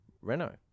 Renault